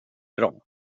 bra